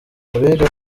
abiga